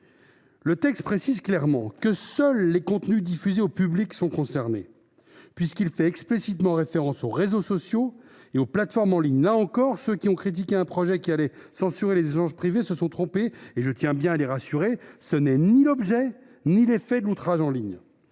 Le texte précise clairement que seuls les contenus diffusés au public seront concernés, puisqu’il fait explicitement référence aux réseaux sociaux et aux plateformes en ligne. Ceux qui ont dénoncé la censure des échanges privés se sont eux aussi trompés. Je tiens à les rassurer : ce n’est ni l’objet ni l’effet de l’outrage en ligne.